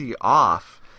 off